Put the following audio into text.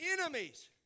enemies